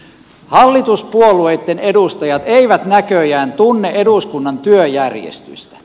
hallituspuolueitten edustajat eivät näköjään tunne eduskunnan työjärjestystä